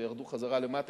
וירדו חזרה למטה,